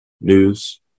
news